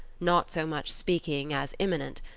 not so much speaking as immanent,